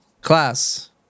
class